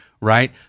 right